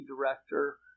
director